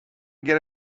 get